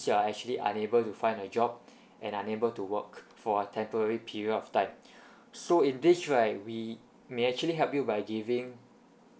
you are actually unable to find a job and unable to work for a temporary period of time so in this right we may actually help you by giving